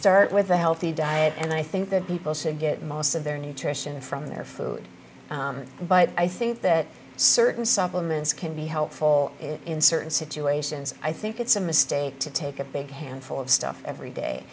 start with a healthy diet and i think that people should get most of their nutrition from their food but i think that certain supplements can be helpful in certain situations i think it's a mistake to take a big handful of stuff every day